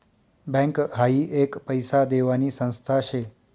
bank हाई एक पैसा देवानी संस्था शे